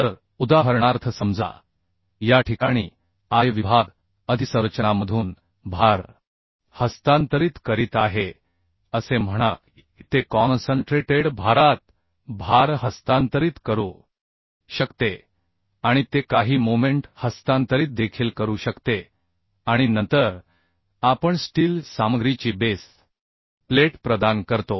तर उदाहरणार्थ समजा या ठिकाणी I विभाग अधिसंरचनामधून भार हस्तांतरित करीत आहे असे म्हणा की ते कॉनसनट्रेटेड भारात भार हस्तांतरित करू शकते आणि ते काही मोमेन्ट हस्तांतरित देखील करू शकते आणि नंतर आपण स्टील सामग्रीची बेस प्लेट प्रदान करतो